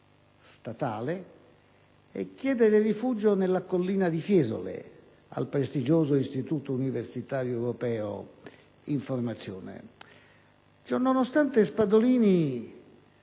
italiana e chiedere rifugio nella collina di Fiesole al prestigioso Istituto universitario europeo in formazione. Ciò nonostante Spadolini,